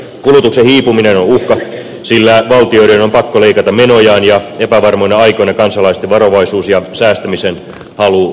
kulutuksen hiipuminen on uhka sillä valtioiden on pakko leikata menojaan ja epävarmoina aikoina kansalaisten varovaisuus ja säästämisen halu lisääntyvät